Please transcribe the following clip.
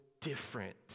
different